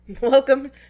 Welcome